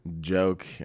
joke